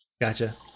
gotcha